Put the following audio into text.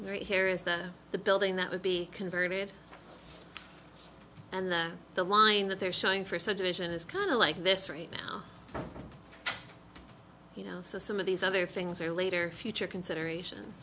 right here is that the building that would be converted and the line that they're showing for a subdivision is kind of like this right now you know some of these other things are later future consideration